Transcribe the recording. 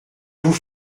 vous